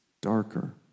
darker